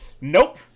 Nope